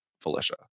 Felicia